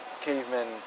cavemen